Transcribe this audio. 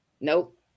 Nope